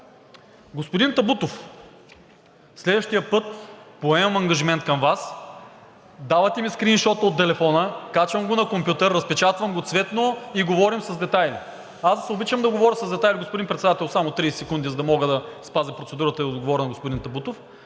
Господин Табутов, следващия път поемам ангажимент към Вас, давате ми скрийншота от телефона, качвам го на компютър, разпечатвам го цветно и говорим с детайли. (Председателят дава знак за изтичане на времето.) Аз обичам да говоря с детайли, господин Председател, само 30 секунди, за да мога да спазя процедурата и да отговоря на господин Табутов.